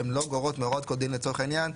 הן לא גורעות מהוראות כל דין לצורך העניין.